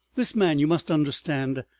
this man, you must understand,